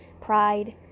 pride